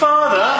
Father